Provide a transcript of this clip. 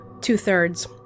Two-thirds